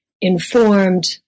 informed